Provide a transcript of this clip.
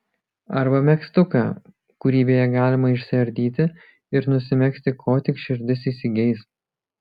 arba megztuką kurį beje galima išsiardyti ir nusimegzti ko tik širdis įsigeis